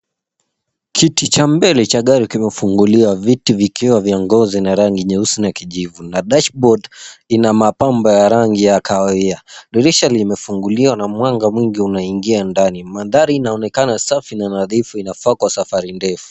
Kiti cha mbele cha gari kimefunguliwa. Viti vikiwa vya ngozi za rangi nyeusi na kijivu na dashboard ina mapambo ya rangi ya kahawia. Dirisha limefunguliwa na mwanga mwingi inaingia ndani. Mandhari inaonekana safi na nadhifu. Inafaa kwa safari ndefu.